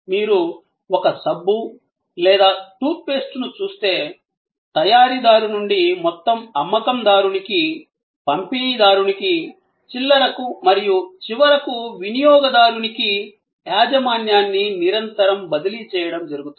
మీరు ఒక సబ్బు లేదా టూత్ పేస్ట్ను చూస్తే తయారీదారు నుండి మొత్తం అమ్మకందారునికి పంపిణీదారునికి చిల్లరకు మరియు చివరకు వినియోగదారునికి యాజమాన్యాన్ని నిరంతరం బదిలీ చేయడం జరుగుతుంది